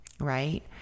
Right